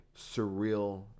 surreal